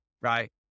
right